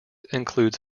includes